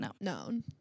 known